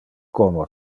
como